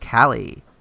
Callie